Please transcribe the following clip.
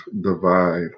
divide